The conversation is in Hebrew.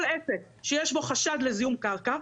כל עסק שיש בו חשד לזיהום קרקע,